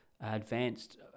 advanced